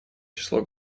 число